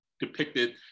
depicted